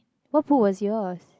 what book was yours